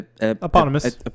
Eponymous